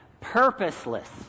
purposeless